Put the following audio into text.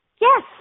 Yes